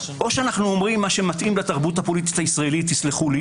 או אנו אומרים מה שמתאים בתרבות הפוליטית הישראלית - תסלחו לי